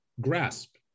grasp